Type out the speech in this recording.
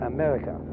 America